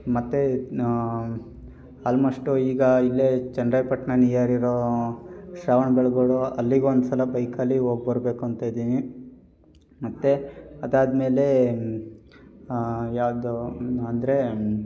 ಮತ್ತು ಆಲ್ಮೋಷ್ಟು ಈಗ ಇಲ್ಲೇ ಚನ್ನರಾಯ್ಪಟ್ನ ನಿಯರ್ ಇರೋ ಶ್ರವಣ ಬೆಳಗೊಳ ಅಲ್ಲಿಗೆ ಒಂದು ಸಲ ಬೈಕಲ್ಲಿ ಹೋಗ್ ಬರಬೇಕು ಅಂತ ಇದ್ದೀನಿ ಮತ್ತು ಅದಾದ ಮೇಲೆ ಯಾವುದು ಅಂದರೆ